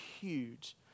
huge